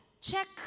check